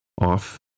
Off